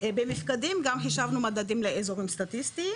במפקדים גם חישבנו מדדים לאזורים סטטיסטיים,